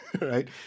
right